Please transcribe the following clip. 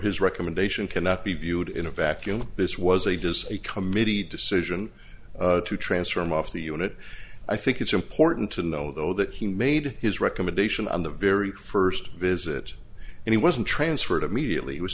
his recommendation cannot be viewed in a vacuum this was a just a committee decision to transfer him off the unit i think it's important to know though that he made his recommendation on the very first visit and he wasn't transferred immediately was